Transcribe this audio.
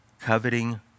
coveting